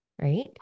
right